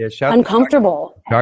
Uncomfortable